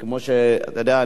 אתה יודע,